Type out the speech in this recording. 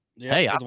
Hey